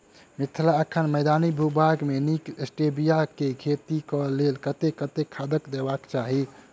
मिथिला एखन मैदानी भूभाग मे नीक स्टीबिया केँ खेती केँ लेल कतेक कतेक खाद देबाक चाहि?